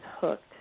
hooked